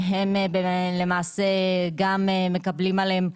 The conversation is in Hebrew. שהם גם מקבלים עליהם,